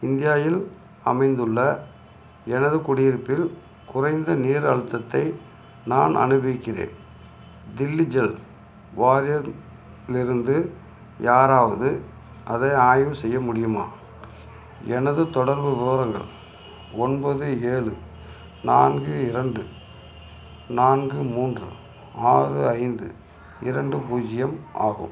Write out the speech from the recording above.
இந்தியாயில் அமைந்துள்ள எனது குடியிருப்பில் குறைந்த நீர் அழுத்தத்தை நான் அனுபவிக்கிறேன் தில்லி ஜல் வாரியம் இலிருந்து யாராவது அதை ஆய்வு செய்ய முடியுமா எனது தொடர்பு விவரங்கள் ஒன்பது ஏழு நான்கு இரண்டு நான்கு மூன்று ஆறு ஐந்து இரண்டு பூஜ்ஜியம் ஆகும்